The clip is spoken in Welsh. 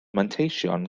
manteision